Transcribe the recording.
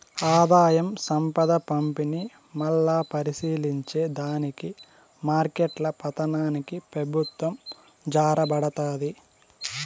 ఆదాయం, సంపద పంపిణీ, మల్లా పరిశీలించే దానికి మార్కెట్ల పతనానికి పెబుత్వం జారబడతాది